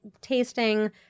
tasting